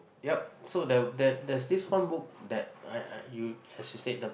yup so there that there's this one book that I I you as you said the